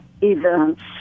events